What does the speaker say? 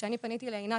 כשאני פניתי לעינת,